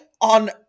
on